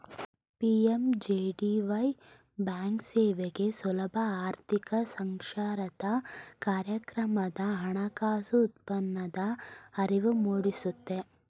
PMJDY ಬ್ಯಾಂಕ್ಸೇವೆಗೆ ಸುಲಭ ಆರ್ಥಿಕ ಸಾಕ್ಷರತಾ ಕಾರ್ಯಕ್ರಮದ ಹಣಕಾಸು ಉತ್ಪನ್ನದ ಅರಿವು ಮೂಡಿಸುತ್ತೆ